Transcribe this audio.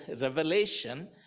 revelation